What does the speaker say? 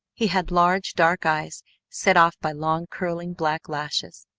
he had large dark eyes set off by long curling black lashes,